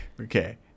Okay